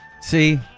See